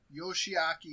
Yoshiaki